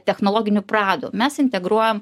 technologinių pradų mes integruojam